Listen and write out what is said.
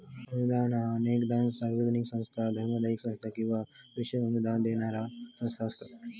अनुदान ह्या अनेकदा सार्वजनिक संस्था, धर्मादाय संस्था किंवा विशेष अनुदान देणारा संस्था असता